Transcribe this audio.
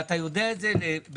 ואתה יודע את זה.